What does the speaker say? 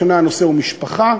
השנה הנושא הוא משפחה,